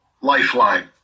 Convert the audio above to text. lifeline